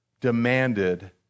demanded